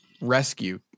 rescue